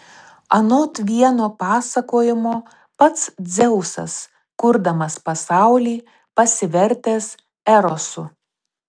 anot vieno pasakojimo pats dzeusas kurdamas pasaulį pasivertęs erosu